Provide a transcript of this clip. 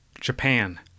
Japan